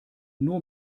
nur